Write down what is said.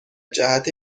جهت